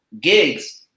gigs